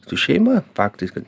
su šeima faktas kad